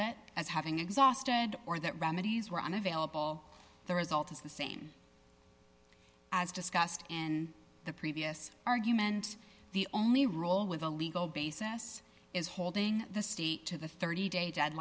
it as having exhausted or that remedies were unavailable the result is the same as discussed in the previous argument the only rule with a legal basis is holding the state to the thirty day